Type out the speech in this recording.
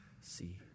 see